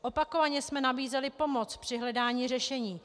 Opakovaně jsme nabízeli pomoc při hledání řešení.